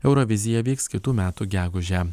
eurovizija vyks kitų metų gegužę